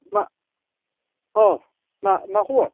मा अ मा खबर